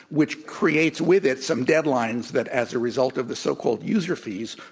which creates with it some deadlines that, as a result of the so-called user fees,